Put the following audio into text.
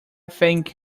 thank